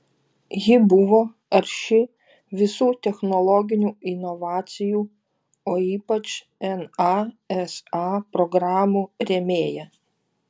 ji buvo arši visų technologinių inovacijų o ypač nasa programų rėmėja